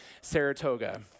Saratoga